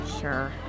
Sure